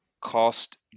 cost